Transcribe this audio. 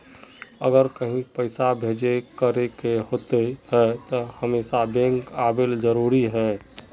अगर कहीं पैसा भेजे करे के होते है तो हमेशा बैंक आबेले जरूरी है?